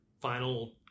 final